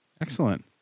Excellent